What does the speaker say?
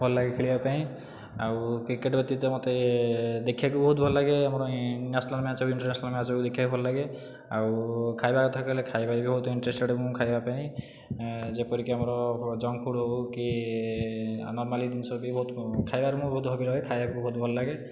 ଭଲ ଲାଗେ ଖେଳିବା ପାଇଁ ଆଉ କ୍ରିକେଟ ବ୍ୟତୀତ ମୋତେ ଦେଖିବାକୁ ବହୁତ ଭଲ ଲାଗେ ଆମର ଏ ନ୍ୟାସ୍ନାଲ୍ ମ୍ୟାଚ୍ ହେଉ ଇଣ୍ଟରନ୍ୟାସ୍ନାଲ୍ ମ୍ୟାଚ୍ ହେଉ ଦେଖିବାକୁ ବି ଭଲ ଲାଗେ ଆଉ ଖାଇବା କଥା କହିଲେ ଖାଇବା ବି ବହୁତ ଇଣ୍ଟେରେଷ୍ଟେଡ଼୍ ମୁଁ ଖାଇବା ପାଇଁ ଯେପରିକି ଆମର ଜଙ୍କ ଫୁଡ଼୍ ହେଉକି ନର୍ମାଲି ଜିନିଷ ବି ବହୁତ ଖାଇବାରେ ମୁଁ ବହୁତ ହବି ରହେ ଖାଇବାକୁ ବହୁତ ଭଲ ଲାଗେ